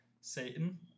satan